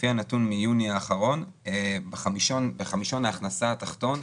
לפי הנתון מיוני האחרון בחמישון ההכנסה התחתון,